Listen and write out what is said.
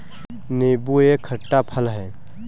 नीबू एक खट्टा फल है